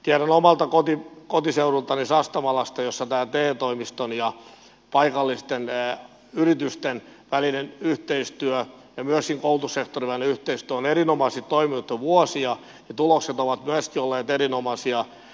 tiedän omalta kotiseudultani sastamalasta missä te toimiston ja paikallisten yritysten välinen yhteistyö ja myöskin koulutussektorin välinen yhteistyö on erinomaisesti toiminut jo vuosia että tulokset ovat myöskin olleet erinomaisia